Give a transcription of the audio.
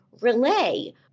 Relay